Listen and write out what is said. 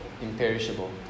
imperishable